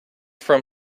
from